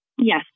Yes